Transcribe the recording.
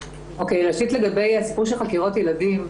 ראשית, לגבי הסיפור של חקירות ילדים.